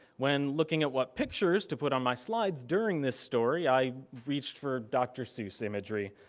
when looking at what pictures to put on my slides during this story, i reached for dr. seuss imagery.